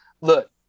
Look